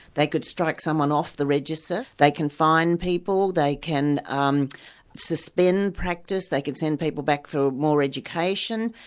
they could strike someone off the register, they can fine people, they can um suspend practice, they could send people back for more education,